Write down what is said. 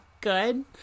Good